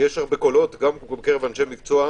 יש הרבה קולות, גם בקרב אנשי המקצוע,